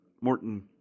Morton